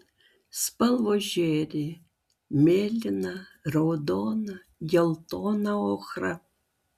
spalvos žėri mėlyna raudona geltona ochra